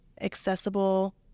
accessible